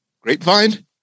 grapevine